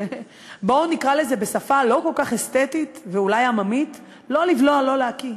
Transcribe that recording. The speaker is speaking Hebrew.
בואו נקרא לזה בשפה לא כל כך אסתטית ואולי עממית: לא לבלוע לא להקיא.